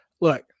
look